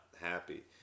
happy